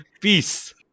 peace